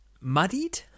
muddied